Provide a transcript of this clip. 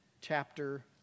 chapter